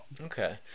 Okay